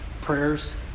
prayers